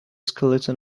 skeleton